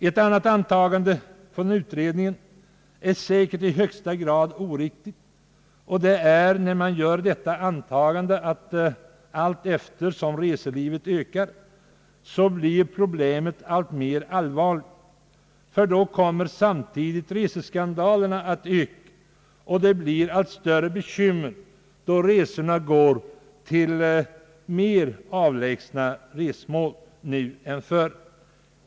Ett annat antagande som utredningen gör är också säkerligen i högsta grad oriktigt, nämligen att problemet allteftersom reselivet ökar blir alltmer allvarligt, ty då kommer samtidigt reseskandalerna att öka och bekymren att bli allt större, eftersom resorna går till mera avlägsna mål än förr.